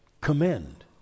commend